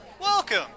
Welcome